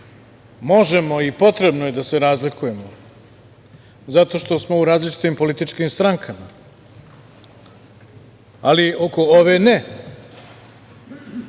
možemo i potrebno je da se razlikujemo zato što smo u različitim političkim strankama, ali oko ove ne.